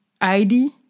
ID